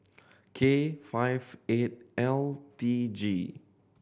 K five eight L T G